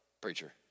preacher